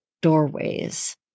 doorways